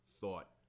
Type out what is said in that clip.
thought